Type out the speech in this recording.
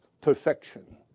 perfection